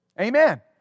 Amen